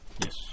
Yes